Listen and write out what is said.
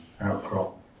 outcrop